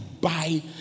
buy